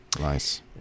Nice